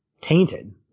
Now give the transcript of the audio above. tainted